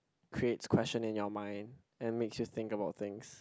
creates questions in your mind and makes you think about things